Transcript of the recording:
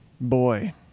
Boy